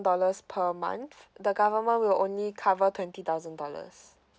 dollars per month the government will only cover twenty thousand dollars